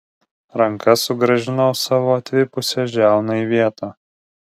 ranka sugrąžinau savo atvipusią žiauną į vietą